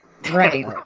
Right